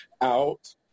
out